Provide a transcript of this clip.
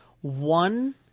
One